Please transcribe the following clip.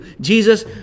Jesus